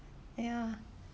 ya